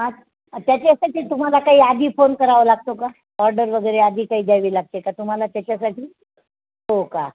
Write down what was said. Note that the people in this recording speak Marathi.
आ त्याच्यासाठी तुम्हाला कही आधी फोन करावा लागतो का ऑर्डर वगैरे आधी काही द्यावी लागते का तुम्हाला त्याच्यासाठी हो का